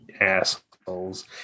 assholes